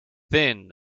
thin